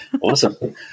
Awesome